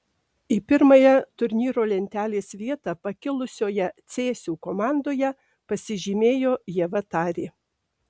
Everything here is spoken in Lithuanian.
į pirmąją turnyro lentelės vietą pakilusioje cėsių komandoje pasižymėjo ieva tarė